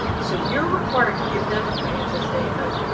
so you are required to give them a financial statement,